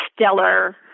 stellar